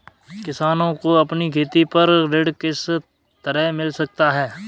किसानों को अपनी खेती पर ऋण किस तरह मिल सकता है?